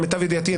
למיטב ידיעתי,